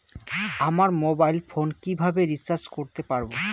আমার mobile phone কিভাবে recharge করতে পারব?